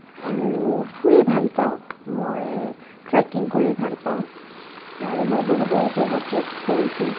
আৰু ফুৰি ভাল পাওঁ মই ট্ৰেকিং কৰি ভাল পাওঁ আৰু মই বহু বহু জেগা ট্ৰেক কৰিছোঁ